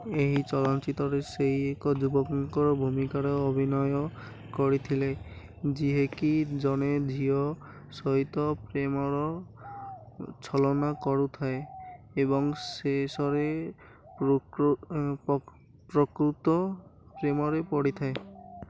ଏହି ଚଳଚ୍ଚିତ୍ରରେ ସେଇ ଏକ ଯୁବକଙ୍କର ଭୂମିକାର ଅଭିନୟ କରିଥିଲେ ଯିଏକି ଜଣେ ଝିଅ ସହିତ ପ୍ରେମର ଛଳନା କରୁଥାଏ ଏବଂ ଶେଷରେ ପ୍ରକୃତ ପ୍ରେମରେ ପଡ଼ିଯାଏ